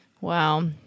Wow